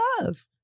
love